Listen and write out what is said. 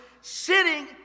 sitting